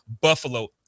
Buffalo